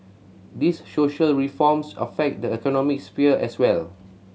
these social reforms affect the economic sphere as well